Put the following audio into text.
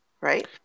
right